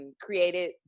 created